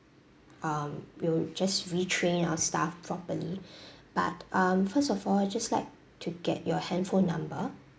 um we'll just retrain our staff properly but um first of all I'll just like to get your handphone number